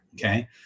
Okay